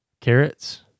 carrots